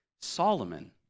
Solomon